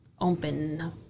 open